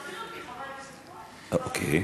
זה מטריד אותי, חבר הכנסת כהן, אוקיי.